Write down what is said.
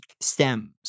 stems